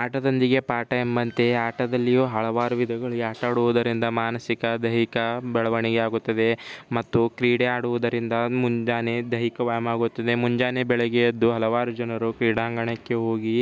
ಆಟದೊಂದಿಗೆ ಪಾಠ ಎಂಬಂತೆ ಆಟದಲ್ಲಿಯೂ ಹಲವಾರು ವಿಧಗಳಿವೆ ಆಟ ಆಡೋದರಿಂದ ಮಾನಸಿಕ ದೈಹಿಕ ಬೆಳವಣಿಗೆ ಆಗುತ್ತದೆ ಮತ್ತು ಕ್ರೀಡೆ ಆಡೋದರಿಂದ ಮುಂಜಾನೆ ದೈಹಿಕ ವ್ಯಾಯಾಮ ಆಗುತ್ತದೆ ಮುಂಜಾನೆ ಬೆಳಗ್ಗೆ ಎದ್ದು ಹಲವಾರು ಜನರು ಕ್ರೀಡಾಂಗಣಕ್ಕೆ ಹೋಗಿ